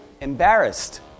embarrassed